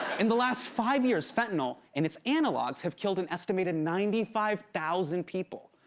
in the last five years, fentanyl and its analogs have killed an estimated ninety five thousand people.